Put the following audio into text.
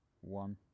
one